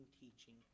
teaching